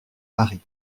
paris